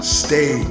stay